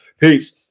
Peace